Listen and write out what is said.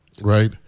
right